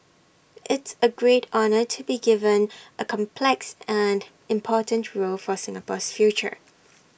it's A great honour to be given A complex and important role for Singapore's future